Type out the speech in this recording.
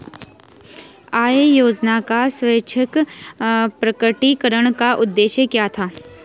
आय योजना का स्वैच्छिक प्रकटीकरण का उद्देश्य क्या था?